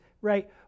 right